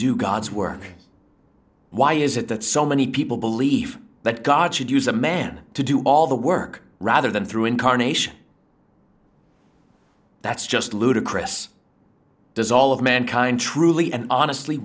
do god's work why is it that so many people believe that god should use a man to do all the work rather than through incarnation that's just ludicrous does all of mankind truly and honestly